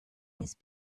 his